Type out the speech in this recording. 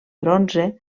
bronze